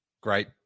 Great